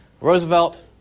Roosevelt